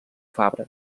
fabra